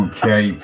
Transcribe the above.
Okay